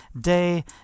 day